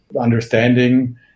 understanding